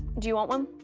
do you want one?